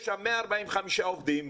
יש שם 145 עובדים,